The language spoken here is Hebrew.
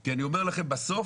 כי אני אומר לכם שבסוף,